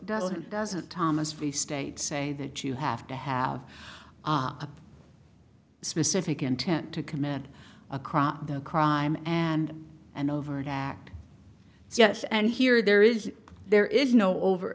doesn't doesn't thomas freestate say that you have to have a specific intent to commit a crime the crime and and over and act yes and here there is there is no over